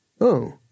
Oh